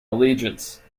allegiance